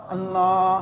Allah